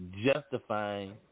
justifying